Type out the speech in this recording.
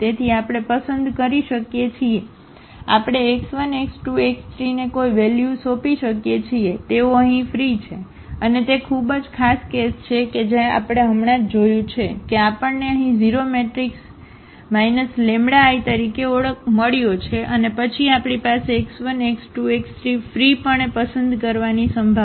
તેથી આપણે પસંદ કરી શકીએ છીએ આપણે x1 x2 x3 ને કોઈ વેલ્યુ સોંપી શકીએ છીએ તેઓ અહીં ફ્રી છે અને તે ખૂબ જ ખાસ કેસ છે જે આપણે હમણાં જ જોયું છે કે આપણને અહીં 0 મેટ્રિક્સ એક λ I તરીકે મળ્યો છે અને પછી આપણી પાસે આ x1 x2 x3 ફ્રી પણે પસંદ કરવાની સંભાવના